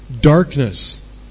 darkness